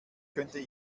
könnte